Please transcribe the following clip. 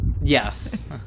Yes